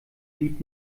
blieb